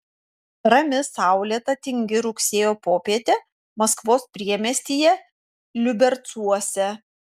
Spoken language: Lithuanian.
rami saulėta tingi rugsėjo popietė maskvos priemiestyje liubercuose